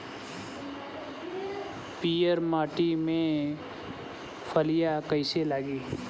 पीयर माटी में फलियां कइसे लागी?